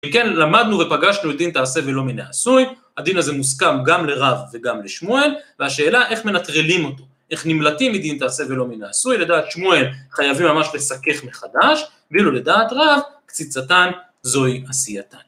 וכן, למדנו ופגשנו את דין תעשה ולא מן העשוי, הדין הזה מוסכם גם לרב וגם לשמואל, והשאלה איך מנטרלים אותו, איך נמלטים מדין תעשה ולא מן העשוי, לדעת שמואל חייבים ממש לסכך מחדש, ואילו לדעת רב, קציצתן זוהי עשייתן.